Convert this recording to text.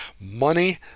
Money